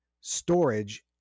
storage